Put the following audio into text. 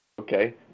Okay